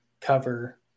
cover